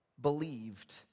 believed